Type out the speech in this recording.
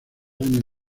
años